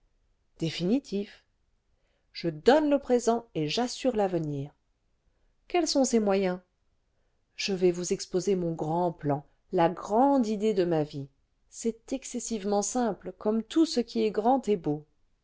définitif je donne le présent et j'assure l'avenir quels sont ces moyens je vais vous exposer mon grand plan la grande idée de ma vie c'est excessivement simple comme tout ce qui est grand et beau